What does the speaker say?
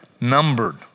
numbered